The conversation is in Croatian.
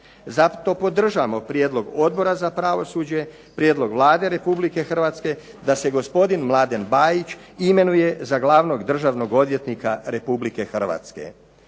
Zato podržavamo prijedlog Odbora za pravosuđe, prijedlog Vlade Republike Hrvatske da se gospodin Mladen Bajić imenuje za glavnog državnog odvjetnika Republike Hrvatske.